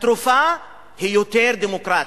התרופה היא יותר דמוקרטיה,